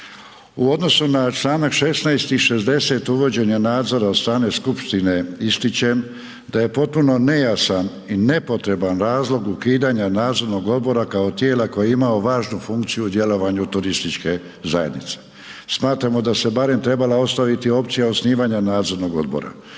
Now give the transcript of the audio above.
U odnosu na članak 16. i 60. uvođenja nadzora od strane skupštine ističem da je potpuno nejasan i nepotreban razlog ukidanja nadzornog odbora kao tijela koje je imalo važnu funkciju u djelovanju turističke zajednice. Smatramo da se barem trebala ostaviti opcija osnivanja nadzornog odbora.